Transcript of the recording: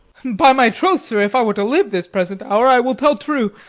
by my troth, sir, if i were to live this present hour, i will tell true.